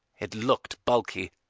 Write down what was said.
it looked bulky.